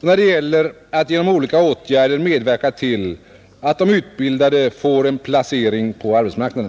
och när det gäller att genom olika åtgärder medverka till att de utbildade får en placering på arbetsmarknaden,